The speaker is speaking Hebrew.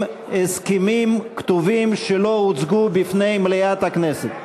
הסכמים כתובים שלא הוצגו בפני מליאת הכנסת.